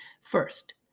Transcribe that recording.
First